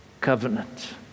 covenant